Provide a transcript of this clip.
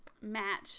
match